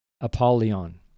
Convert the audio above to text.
Apollyon